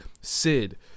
Sid